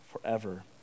forever